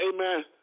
amen